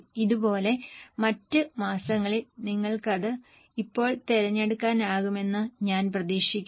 ഇതുപോലെ മറ്റ് മാസങ്ങളിൽ നിങ്ങൾക്കത് ഇപ്പോൾ തിരഞ്ഞെടുക്കാനാകുമെന്ന് ഞാൻ പ്രതീക്ഷിക്കുന്നു